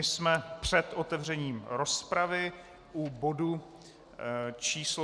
Jsme před otevřením rozpravy u bodu č. 161.